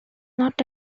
not